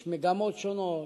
יש מגמות שונות,